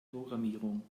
programmierung